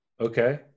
Okay